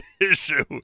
issue